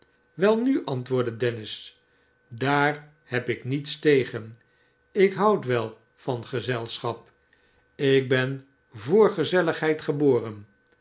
swelnu antwoordde dennis sdaar heb ik niets tegen ik houd wel van gezelschap ik ben voor gezelligheid geboren